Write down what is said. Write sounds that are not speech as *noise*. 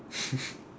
*breath*